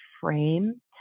frame